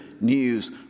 news